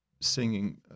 singing